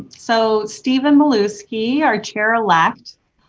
and so steven milewski, our chair elect